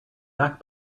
back